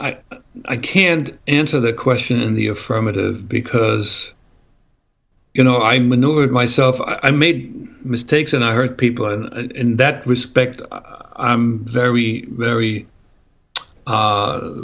i can't answer the question in the affirmative because you know i knew it myself i made mistakes and i hurt people in that respect very very